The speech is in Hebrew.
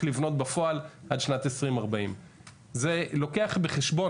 לבנות בפועל עד שנת 2040. זה לוקח בחשבון,